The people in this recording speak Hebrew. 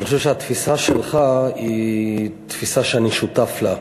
אני חושב שהתפיסה שלך היא תפיסה שאני שותף לה.